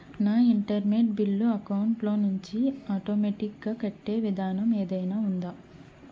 నా internet bill account లోంచి automatic గా కట్టే విధానం ఏదైనా ఉందా?